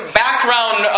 background